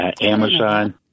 Amazon